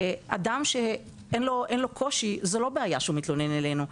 אדם שאין לו קושי, זו לא בעיה שהוא מתלונן אלינו.